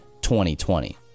2020